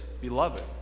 beloved